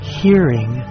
hearing